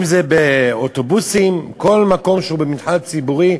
אם זה באוטובוסים, כל מקום שהוא במבחן ציבורי.